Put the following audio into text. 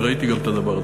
גם ראיתי את הדבר הזה.